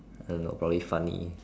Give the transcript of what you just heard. I don't know probably funny